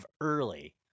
early